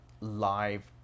live